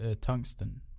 tungsten